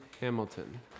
Hamilton